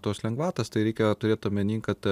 tos lengvatas tai reikia turėt omeny kad